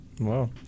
Wow